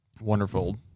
Wonderful